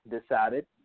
decided